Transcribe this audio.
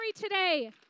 today